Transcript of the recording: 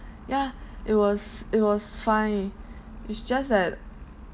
yeah it was it was fine it's just that